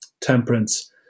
temperance